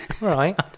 Right